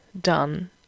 done